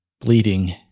bleeding